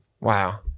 Wow